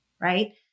right